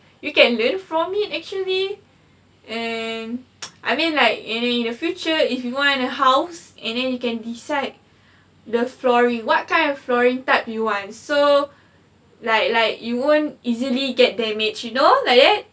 we can learn from it actually and I mean like in the future if you want a house and then you can decide the flooring what kind of flooring type you want so like like you won't easily get damaged you know like that